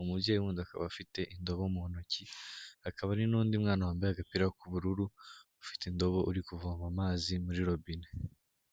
umubyeyi wundi akaba afite indobo mu ntoki, hakaba hari n'undi mwana wambaye agapira k'ubururu ufite indobo uri kuvoma amazi muri robine.